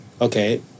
okay